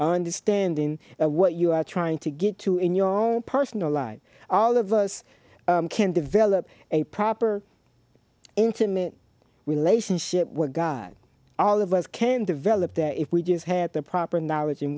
to stand in what you are trying to get to in your own personal life all of us can develop a proper intimate relationship with god all of us can develop that if we just have the proper knowledge